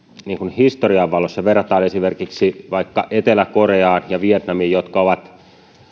historian valossa verrataan esimerkiksi etelä koreaan ja vietnamiin maihin jotka ovat